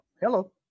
hello